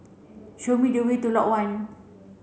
show me the way to Lot One